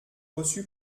reçus